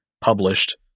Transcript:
published